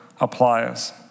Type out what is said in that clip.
applies